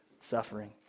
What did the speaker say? suffering